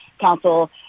Council